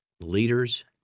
leaders